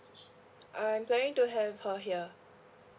I'm planning to have her here